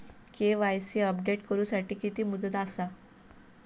KYC update करू साठी किती मुदत आसा?